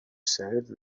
سرت